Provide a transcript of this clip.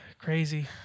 crazy